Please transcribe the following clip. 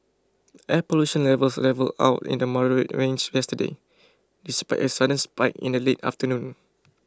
air pollution levels levelled out in the moderate range yesterday despite a sudden spike in the late afternoon